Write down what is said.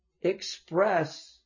express